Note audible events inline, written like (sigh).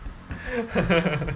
(laughs)